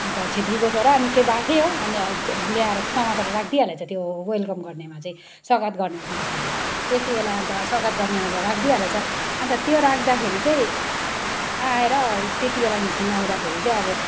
अन्त छेत्रीको छोरा निकै बाठे हो अनि ल्याएर समातेर राखी दिइहालेछ वेलकम गर्नेमा चाहिँ स्वागत गर्ने दिनेश दालाई त्यतिबेला अन्त स्वागत गर्नेमा त राखिदिइ हालेछ अन्त त्यो राख्दाखेरि चाहिँ आएर त्यतिबेला घिसिङ आउँदाखेरि चाहिँ अब